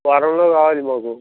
వారంలో కావాలి మాకు